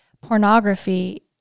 pornography